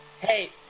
Hey